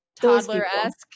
toddler-esque